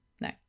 no